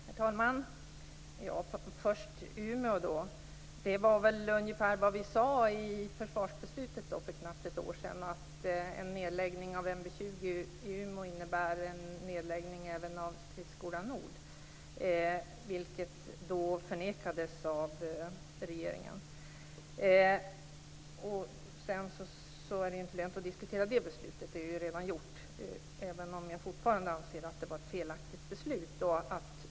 Herr talman! Först Umeå. Det var väl ungefär vad vi sade i försvarsbeslutet för knappt ett år sedan, att en nedläggning av MB 20 i Umeå innebär en nedläggning även av Stridsskola Nord, vilket då förnekades av regeringen. Det är ju inte lönt att diskutera det beslutet, det är ju redan gjort, även om jag fortfarande anser att det var ett felaktigt beslut.